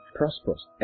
prosperous